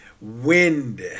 Wind